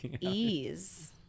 ease